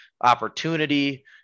opportunity